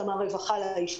ומהרווחה לאישה.